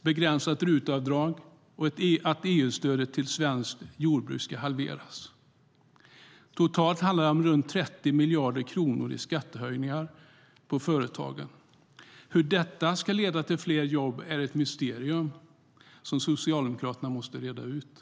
begränsat RUT-avdrag och att EU-stödet till svenskt jordbruk ska halveras. Totalt handlar det om runt 30 miljarder kronor i skattehöjningar på företagen. Hur allt detta ska leda till fler jobb är ett mysterium som Socialdemokraterna måste reda ut.